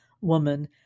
woman